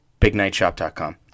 bignightshop.com